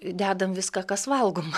dedam viską kas valgoma